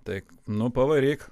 tai nu pavaryk